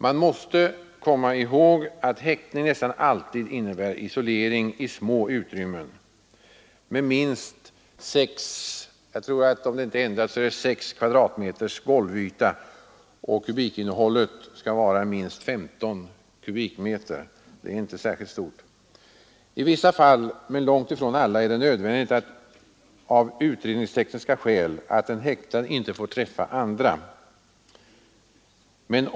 Man måste komma ihåg att häktning nästan alltid innebär isolering i små utrymmen med minst sex kvadratmeters golvyta och ett kubikinnehåll om minst 15 kubikmeter. I vissa fall men långt ifrån alla är det av utredningstekniska skäl nödvändigt att en häktad inte får träffa andra.